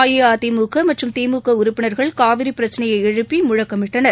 அஇஅதிமுக மற்றும் திமுக உறுப்பினர்கள் காவிரி பிரச்சினையை எழுப்பி முழக்கமிட்டனர்